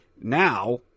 Now